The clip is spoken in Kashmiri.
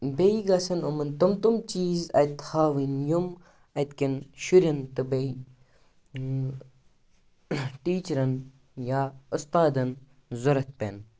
بیٚیہِ گژھن یِمَن تِم تِم چیٖز اَتہِ تھاوٕنۍ یِم اَتہِ کٮ۪ن شُرٮ۪ن تہٕ بیٚیہِ ٹیٖچرَن یا اُستادَن ضوٚرَتھ پٮ۪ن